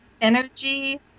energy